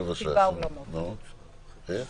מי